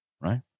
right